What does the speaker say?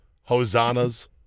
hosannas